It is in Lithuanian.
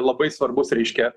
labai svarbus reiškia